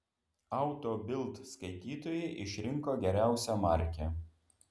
auto bild skaitytojai išrinko geriausią markę